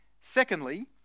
Secondly